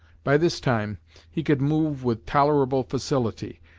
by this time he could move with tolerable facility,